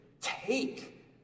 take